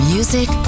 Music